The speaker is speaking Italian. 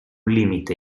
limite